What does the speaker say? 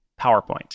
PowerPoint